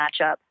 matchup